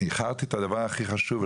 ואיחרתי את הדבר הכי חשוב,